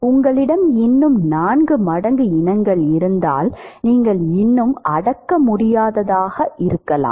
உங்களிடம் இன்னும் நான்கு மடங்கு இனங்கள் இருந்தால் நீங்கள் இன்னும் அடக்க முடியாததாக இருக்கலாம்